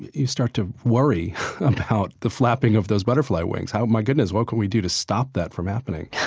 you start to worry about the flapping of those butterfly wings. oh my goodness, what can we do to stop that from happening?